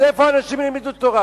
אז איפה אנשים ילמדו תורה,